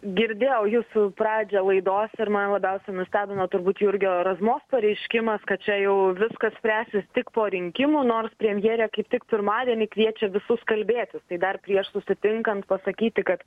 girdėjau jūsų pradžią laidos ir man labiausia nustebino turbūt jurgio razmos pareiškimas kad čia jau viskas spręsis tik po rinkimų nors premjerė kaip tik pirmadienį kviečia visus kalbėtis tai dar prieš susitinkant pasakyti kad